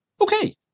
Okay